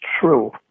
true